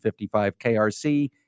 55KRC